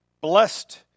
Blessed